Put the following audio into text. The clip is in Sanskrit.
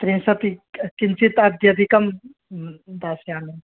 त्रिंशत् कि किञ्चित् अत्यधिकं दास्यामि